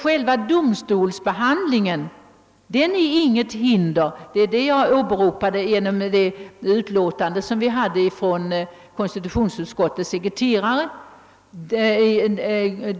Själva domstolsbehandlingen är inget hinder. Det framgår av det PM från konstitutionsutskottets sekreterare, som jag åberopat.